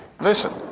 Listen